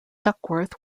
duckworth